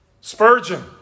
Spurgeon